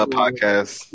podcast